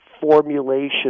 formulation